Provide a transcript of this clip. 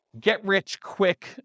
get-rich-quick